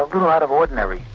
little out of ordinary.